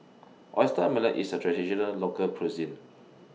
Oyster Omelette IS A Traditional Local Cuisine